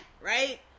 right